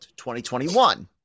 2021